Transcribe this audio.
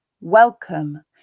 welcome